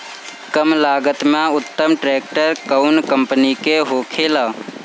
कम लागत में उत्तम ट्रैक्टर कउन कम्पनी के होखेला?